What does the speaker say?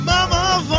Mama